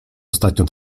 ostatnio